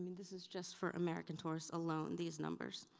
i mean this is just for american tourists alone, these numbers.